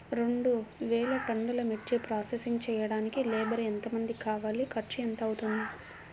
రెండు వేలు టన్నుల మిర్చి ప్రోసెసింగ్ చేయడానికి లేబర్ ఎంతమంది కావాలి, ఖర్చు ఎంత అవుతుంది?